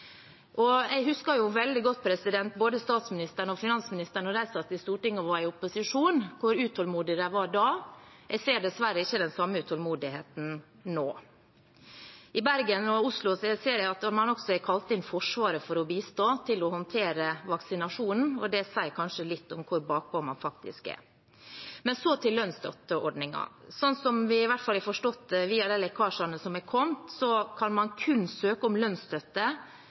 Jeg husker veldig godt hvor utålmodige både statsministeren og finansministeren var da de satt i Stortinget og var i opposisjon. Jeg ser dessverre ikke den samme utålmodigheten nå. I Bergen og Oslo ser jeg at man også har kalt inn Forsvaret for å bistå, til å håndtere vaksinasjonen, og det sier kanskje litt om hvor bakpå man faktisk er. Så til lønnsstøtteordningen: Sånn som vi i hvert fall har forstått det via de lekkasjene som er kommet, kan man kun søke om lønnsstøtte